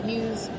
use